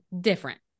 different